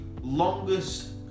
longest